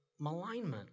malignment